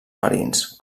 marins